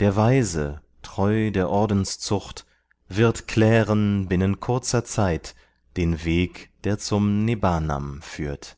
der weise treu der ordenszucht wird klären binnen kurzer zeit den weg der zum nibbnam führt